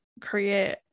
create